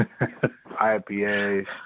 IPAs